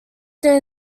there